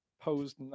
posed